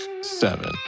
seven